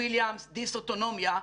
ווילאימס, דיסאוטונומיה,